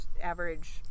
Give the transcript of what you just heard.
average